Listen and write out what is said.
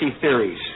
theories